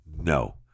no